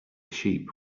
sheep